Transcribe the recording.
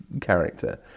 character